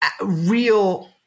real